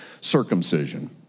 circumcision